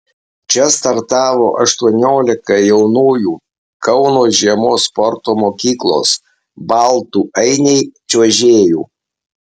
čia startavo aštuoniolika jaunųjų kauno žiemos sporto mokyklos baltų ainiai čiuožėjų